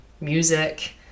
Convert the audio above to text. music